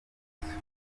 ikiguzi